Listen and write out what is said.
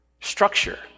structure